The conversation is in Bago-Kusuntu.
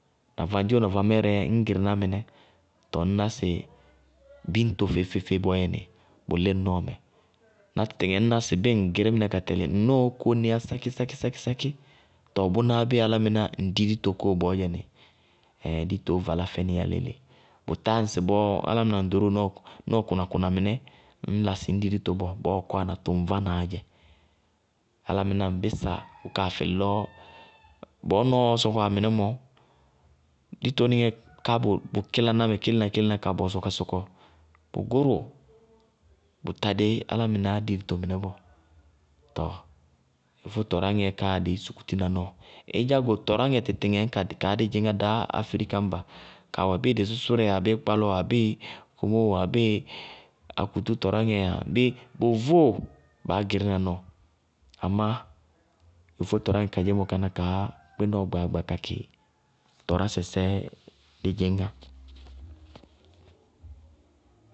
Na vandji ɔnɔ vamɛɛrɛ, ññ gɩrɩ ná mɩnɛ, tɔɔ ŋñná sɩ biñto feé-feé bɔɔyɛnɩ. bʋlí ŋ nɔɔ mɛ. Ná tɩtɩŋɛ ŋñná sɩ bíɩ ŋ gɩrí mɩnɛ ka tɛlɩ ŋ nɔɔɔ koñ nɩí yá sákísákí, tɔɔ bʋnáá bíɩ álámɩná ŋ dí dito kóo bɔɔyɛnɩ, ditoó valá fɛnɩí yá léle. Bʋtá ŋsɩ bɔɔ álámɩná ŋ ɖoróo nɔɔ kʋna-kʋna mɩnɛ, ññ la sɩ ŋñ dí dito bɔɔ, bɔɔɔ kɔwana tʋŋvánaá dzɛ. Álámɩná ŋ bisa, kʋ kaa fɩlɩ lɔ bɔɔ nɔɔ sɔkɔwá mɩnɛ mɔ, ditonɩŋɛ ká bʋ kílaná mɛ kélená-kélená ka bɔsɔ ka sɔkɔ, bʋ gʋrʋ, bʋ tádé álámɩnáá dí dito mɩnɛ bɔɔ. Tɔɔ yofó tɔráŋɛ káá dɩí sukutína nɔɔ. Ídzá go tɔráŋɛ tɩtɩŋɛ ñka kaá dí dzɩñŋá dá afrɩka ñba, kawɛ bíɩ dɩsʋsʋrɛɛ yáa, bíɩ komóo wáa, bíɩ kpálɔɔ wáa, komóo wáa bíɩ akutú tɔráŋɛɛ yáa bíɩ, bʋ vʋʋ baá gɩrína nɔɔ, amá yofó tɔráŋɛ kadzémɔ káná kaá kpí nɔɔ gbaagba kakɩ tɔrásɛ sɛɛ dí dzɩñŋá.